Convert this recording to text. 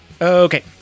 Okay